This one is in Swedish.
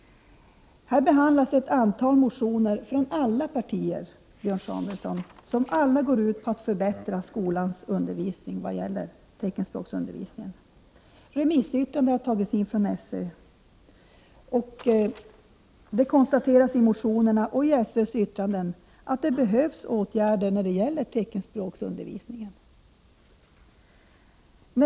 Här behandlas ett antal motioner från alla partier, Björn Samuelson, och de går alla ut på att förbättra skolans teckenspråksundervisning. Remissyttrande har tagits in från SÖ. Det konstateras i motionerna och i SÖ:s yttrande att det behövs åtgärder när det gäller teckenspråksundervisningen.